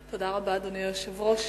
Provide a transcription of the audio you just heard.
תודה רבה, אדוני היושב-ראש.